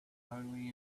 only